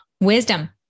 wisdom